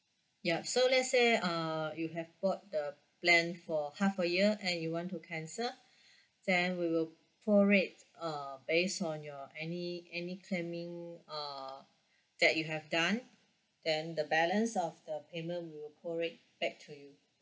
ya so let's say uh you have bought the plan for half a year and you want to cancel then we will prorate uh base on your any any claiming uh that you have done then the balance of the payment will prorate back to you